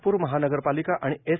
नागप्र महानगरपालिका आणि एच